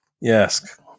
Yes